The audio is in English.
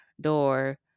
door